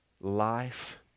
life